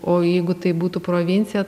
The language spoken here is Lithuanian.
o jeigu tai būtų provincija